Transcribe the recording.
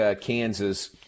Kansas